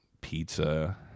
pizza